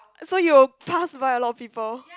so you pass by a lot people